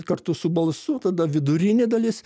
kartu su balsu tada vidurinė dalis